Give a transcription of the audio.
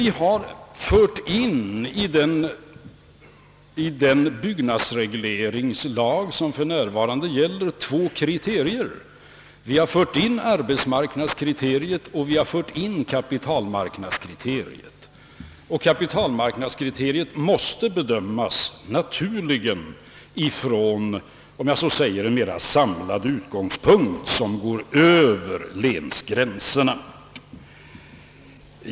Vi har emellertid i den byggnadsreglering som för närvarande gäller infört två kriterier — arbetsmarknadsoch kapitalmarknadskriteriet. Det senare måste bedömas från en, om jag så får säga, mera samlad utgångspunkt som går över länsgränserna.